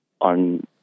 on